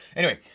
anyway,